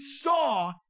saw